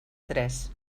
tres